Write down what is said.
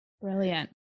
Brilliant